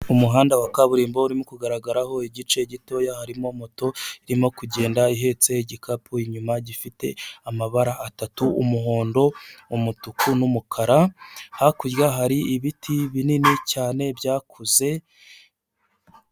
Umuhanda wa kaburimbo urimo kugaragaraho igice gitoya harimo moto irimo kugenda ihetse igikapu inyuma gifite amabara atatu umuhondo, umutuku n' numukara. Hakurya hari ibiti binini cyane byakuze.